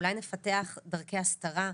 אולי נפתח דרכי הסתרה,